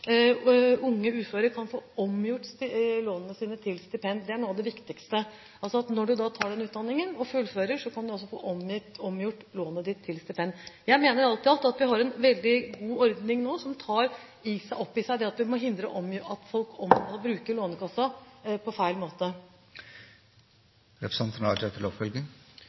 er noe av det viktigste. Når du fullfører utdanningen, kan du altså få omgjort lånet ditt til stipend. Jeg mener alt i alt at vi har en veldig god ordning nå som tar opp i seg det at vi må hindre at folk bruker Lånekassen på feil måte. Jeg takker igjen for svaret. Det er ingen tvil om at vi må bruke de virkemidler vi har, for å motvirke en utvikling der stadig flere unge blir varig uføre. I så måte